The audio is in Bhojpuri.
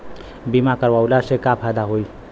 बीमा करवला से का फायदा होयी?